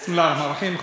כבוד היושב-ראש,